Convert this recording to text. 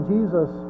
Jesus